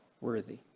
worthy